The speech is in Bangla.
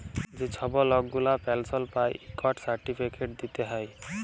যে ছব লক গুলা পেলশল পায় ইকট সার্টিফিকেট দিতে হ্যয়